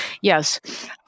Yes